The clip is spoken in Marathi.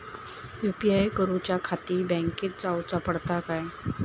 यू.पी.आय करूच्याखाती बँकेत जाऊचा पडता काय?